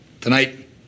Tonight